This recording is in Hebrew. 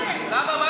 לה את התיק?